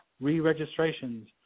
re-registrations